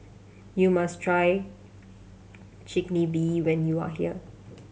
you must try Chigenabe when you are here